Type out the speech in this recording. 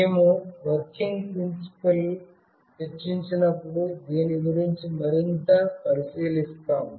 మేము working principle చర్చించినప్పుడు దీని గురించి మరింత పరిశీలిస్తాము